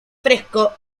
fresco